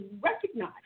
recognize